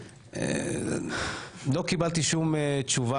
לא קיבלתי שום תשובה,